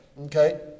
okay